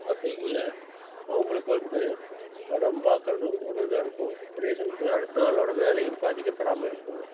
அப்படின்னு இல்லை அவங்களுக்கு வந்து படம் பார்க்கறதும் ஒரு இதாக இருக்கும் அதே சமயத்தில் அடுத்த நாளோடய வேலையும் பாதிக்கப்படாமல் இருக்கும்